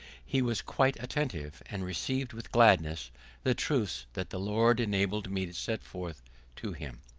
he was quite attentive, and received with gladness the truths that the lord enabled me to set forth to him.